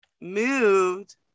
moved